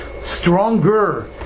stronger